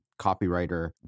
copywriter